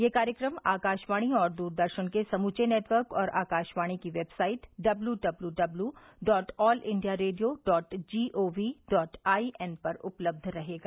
यह कार्यक्रम आकाशवाणी और द्रदर्शन के समूचे नेटवर्क और आकाशवाणी की website W W W W dot all India radio dot G O V dot I N पर उपलब्ध रहेगा